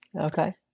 Okay